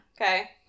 Okay